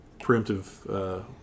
Preemptive